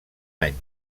any